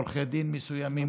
עורכי דין מסוימים,